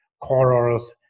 corals